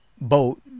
boat